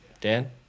Dan